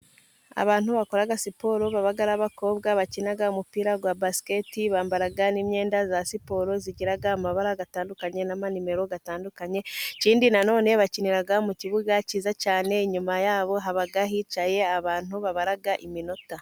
Abantu bakora siporo baba ari abakobwa, bakina umupira wa basiketi, bambara imyenda ya siporo igira amabara atandukanye n'amanimero atandukanye, ikindi nanone bakinira mu kibuga cyiza cyane, inyuma yabo haba hicaye abantu babara iminota.